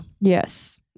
yes